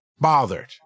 bothered